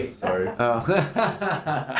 sorry